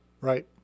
Right